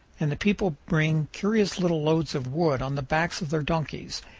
and the people bring curious little loads of wood on the backs of their donkeys,